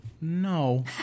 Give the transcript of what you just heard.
No